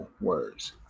Words